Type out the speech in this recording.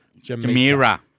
Jamira